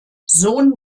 sohn